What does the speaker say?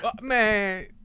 Man